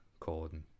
Corden